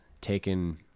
taken